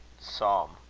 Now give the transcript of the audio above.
psalm